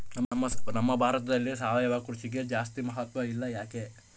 ನಮ್ಮ ಭಾರತದಲ್ಲಿ ಸಾವಯವ ಕೃಷಿಗೆ ಜಾಸ್ತಿ ಮಹತ್ವ ಇಲ್ಲ ಯಾಕೆ?